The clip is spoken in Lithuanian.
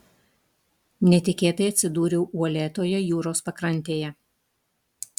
netikėtai atsidūriau uolėtoje jūros pakrantėje